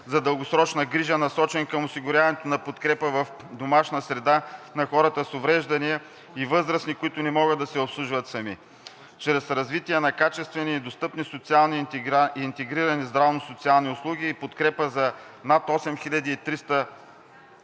за дългосрочна грижа, насочен към осигуряването на подкрепа в домашна среда на хората с увреждания и възрастни, които не могат да се обслужват сами, чрез развитие на качествени и достъпни социални и интегрирани здравно-социални услуги и подкрепа за над 8300